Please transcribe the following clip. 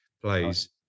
plays